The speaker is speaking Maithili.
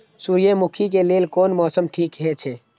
सूर्यमुखी के लेल कोन मौसम ठीक हे छे?